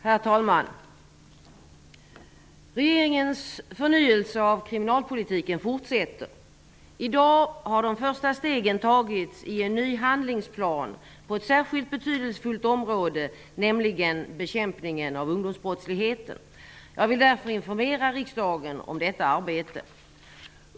Herr talman! Regeringens förnyelse av kriminalpolitiken fortsätter. I dag har de första stegen tagits i en ny handlingsplan på ett särskilt betydelsefullt område, nämligen bekämpningen av ungdomsbrottsligheten. Jag vill därför informera riksdagen om detta arbete.